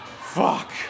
fuck